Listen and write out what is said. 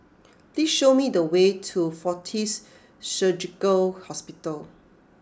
please show me the way to Fortis Surgical Hospital